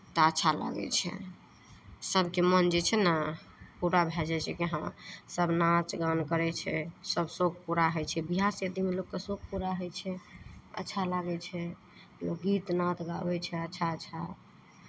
तऽ आच्छा लागै छै सभके मोन जे छै ने पूरा भए जाइ छै जे हँ सभ नाच गान करै छै सभ शौख पूरा होइ छै बिआह शादीमे लोकके सौख पूरा होइ छै अच्छा लागै छै लोक गीत नाद गाबै छै अच्छा अच्छा